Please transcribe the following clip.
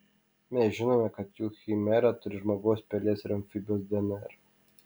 mes žinome kad chimera turi žmogaus pelės ir amfibijos dnr